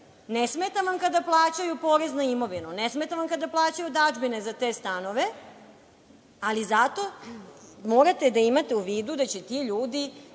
Ne smeta vam kada plaćaju porez na imovinu. Ne smeta vam kada plaćaju dažbine za te stanove. Zato morate da imate u vidu da će ti ljudi